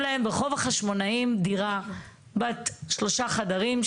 והציעו להם ברחוב החשמונאים דירה בת שלושה חדרים,